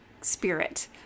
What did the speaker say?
spirit